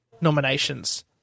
nominations